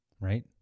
Right